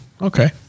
Okay